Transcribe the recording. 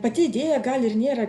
pati idėja gal ir nėra